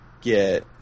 get